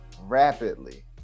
rapidly